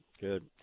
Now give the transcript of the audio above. Good